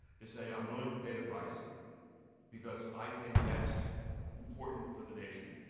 to say i'm willing to pay the price because i think that's important for the nation.